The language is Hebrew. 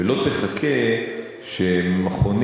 ולא תחכה שמכונים,